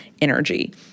energy